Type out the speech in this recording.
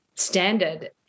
standard